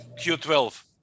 Q12